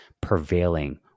prevailing